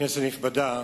כנסת נכבדה,